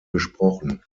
gesprochen